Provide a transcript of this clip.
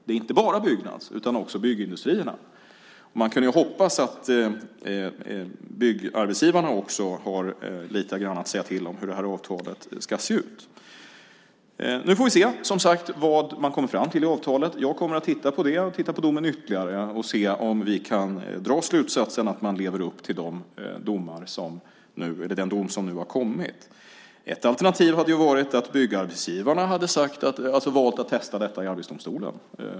Det är inte bara Byggnads utan också Byggindustrierna. Man kan hoppas att byggarbetsgivarna också har lite grann att säga till om när det gäller hur det här avtalet ska se ut. Nu får vi se vad man kommer fram till i avtalet. Jag kommer att titta på det och titta på domen ytterligare för att se om vi kan dra slutsatsen att man lever upp till den dom som nu har kommit. Ett alternativ hade ju varit att byggarbetsgivarna hade valt att testa detta i Arbetsdomstolen.